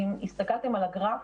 הסתכלתם על הגרף.